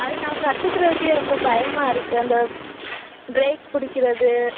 அது நான் கற்றுக்கிறதுக்கே ரொம்ப பயமாக இருக்குது அந்த பிரேக் பிடிக்கிறது